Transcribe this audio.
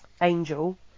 Angel